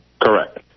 Correct